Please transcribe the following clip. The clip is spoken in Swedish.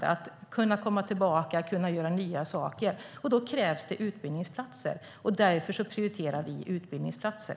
Det handlar om att kunna komma tillbaka och göra nya saker. Då krävs det utbildningsplatser, och därför prioriterar vi utbildningsplatser.